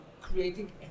creating